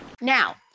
Now